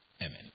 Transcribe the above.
Amen